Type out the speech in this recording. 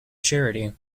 charity